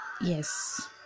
yes